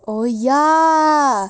oh ya